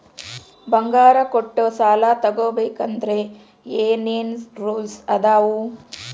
ಬಂಗಾರ ಕೊಟ್ಟ ಸಾಲ ತಗೋಬೇಕಾದ್ರೆ ಏನ್ ಏನ್ ರೂಲ್ಸ್ ಅದಾವು?